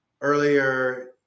Earlier